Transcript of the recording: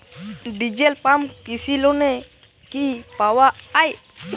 Diesel pump কৃষি লোনে কি পাওয়া য়ায়?